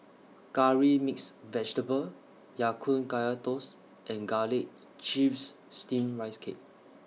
Curry Mixed Vegetable Ya Kun Kaya Toast and Garlic Chives Steamed Rice Cake